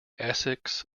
essex